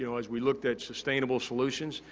you know as we looked at sustainable solutions,